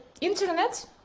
internet